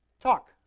talk